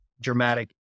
dramatic